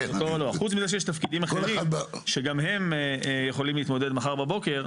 חוץ מזה שיש תפקידים אחרים שגם הם יכולים להתמודד מחר בבוקר.